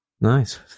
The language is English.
Nice